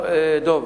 דב,